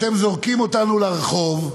אתם זורקים אותנו לרחוב,